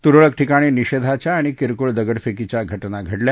तुरळक ठिकाणी निषेधाच्या आणि किरकोळ दगडफेकीच्या घटना घडल्या